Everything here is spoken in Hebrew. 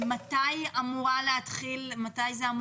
מתי זה אמור להתחיל?